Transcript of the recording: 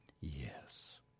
Yes